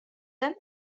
them